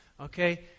Okay